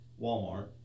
Walmart